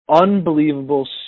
unbelievable